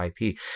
IP